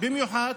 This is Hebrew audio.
במיוחד